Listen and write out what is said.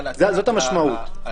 זאת המשמעות.